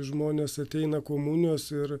žmonės ateina komunijos ir